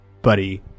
Buddy